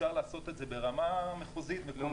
אפשר לעשות את זה ברמה מחוזית מקומית.